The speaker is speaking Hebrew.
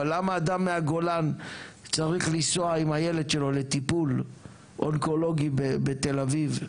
אבל למה אדם מהגולן צריך לנסוע עם הילד שלו לטיפול אונקולוגי בתל אביב?